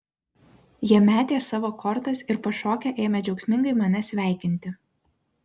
jie metė savo kortas ir pašokę ėmė džiaugsmingai mane sveikinti